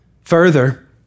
Further